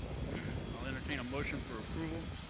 i'll entertain a motion for approval.